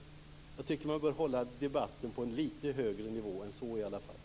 Jag tycker att man bör hålla debatten på en lite högre nivå än så, i alla fall.